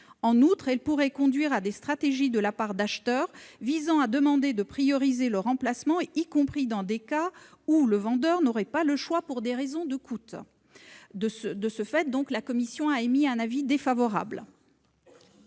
En outre, cela pourrait conduire à des stratégies d'acheteurs visant à demander de donner la priorité au remplacement, y compris dans des cas où le vendeur n'aurait pas le choix, pour des raisons de coût. La commission a donc émis un avis défavorable